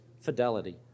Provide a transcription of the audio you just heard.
fidelity